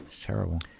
Terrible